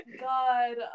God